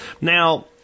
Now